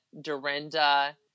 dorinda